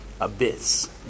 abyss